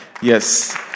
Yes